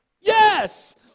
Yes